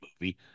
movie